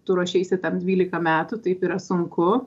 tu ruošeisi tam dvylika metų taip yra sunku